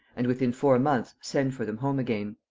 and within four months send for them home again.